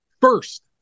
first